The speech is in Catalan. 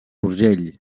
urgell